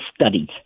studies